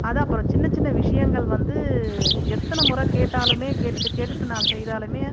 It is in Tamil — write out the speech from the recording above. அதை அப்புறம் சின்ன சின்ன விஷயங்கள் வந்து எத்தனை மொற கேட்டாலுமே கேட்டுட்டு கேட்டுட்டு நான் செய்தாலும்